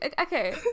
Okay